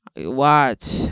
watch